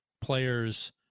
players